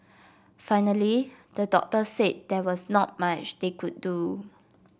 finally the doctors said there was not much they could do